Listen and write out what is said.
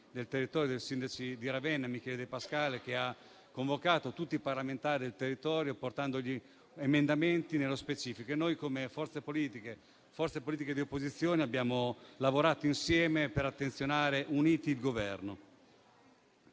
del territorio di Ravenna, Michele De Pascale, che ha convocato tutti i parlamentari del territorio portando emendamenti specifici e noi come forze politiche di opposizione abbiamo lavorato insieme per attenzionare il Governo.